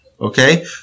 Okay